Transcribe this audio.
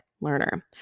learner